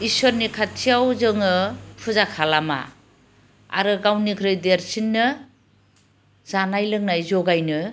इसोरनि खाथियाव जोङो फुजा खालामा आरो गावनिख्रुइ देरसिननो जानाय लोंनाय जगायनो